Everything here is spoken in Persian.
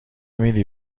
میدی